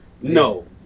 No